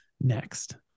next